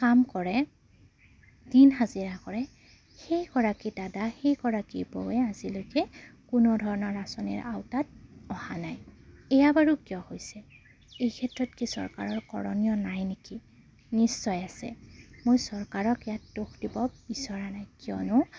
কাম কৰে দিন হাজিৰা কৰে সেই গৰাকী দাদা সেইগৰাকী বৌৱে আজিলৈকে কোনো ধৰণৰ আঁচনিৰ আওতাত অহা নাই এয়া বাৰু কিয় হৈছে এই ক্ষেত্ৰত কি চৰকাৰৰ কৰণীয় নাই নেকি নিশ্চয় আছে মই চৰকাৰক ইয়াত দোষ দিব বিচৰা নাই কিয়নো